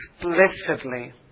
explicitly